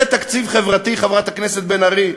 זה תקציב חברתי, חברת הכנסת בן ארי?